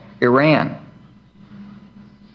Iran